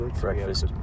breakfast